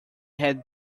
had